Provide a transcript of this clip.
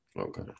Okay